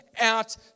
out